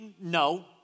No